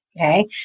Okay